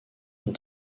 son